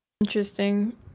interesting